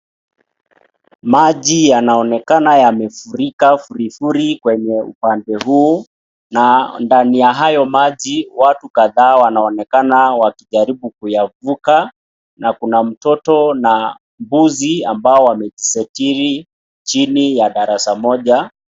Maji yanaonekana imefurika furifuri kwenye upande huu, na ndani ya hiyo maji watu kadhaa wanaonekana wakijaribu kuyavuka na kuna mtoto na mbuzi wamejisajili kwa darasa moja.